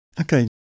Okay